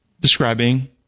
describing